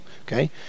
Okay